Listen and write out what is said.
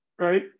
right